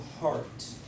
heart